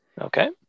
Okay